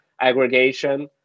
aggregation